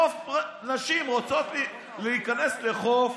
נשים רוצות להיכנס לחוף